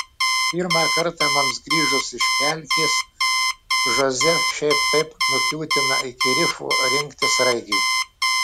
pirmą kartą mums grįžus iš pelkės žoze šiaip taip nukiūtina iki rifo rinkti sraigių